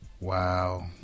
Wow